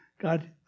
God